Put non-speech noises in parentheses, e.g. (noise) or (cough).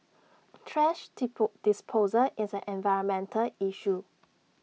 thrash (unintelligible) disposal is an environmental issue